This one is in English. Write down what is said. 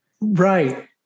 Right